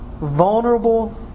vulnerable